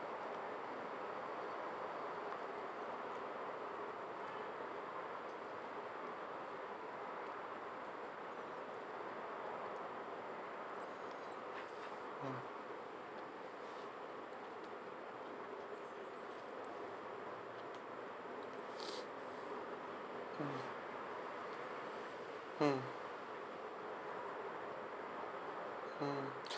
ya mm mm